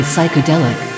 psychedelic